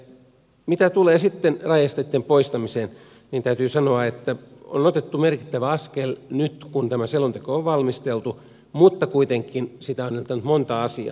mitä tulee rajaesteitten poistamiseen täytyy sanoa että on otettu merkittävä askel nyt kun tämä selonteko on valmisteltu mutta kuitenkin sitä on edeltänyt monta asiaa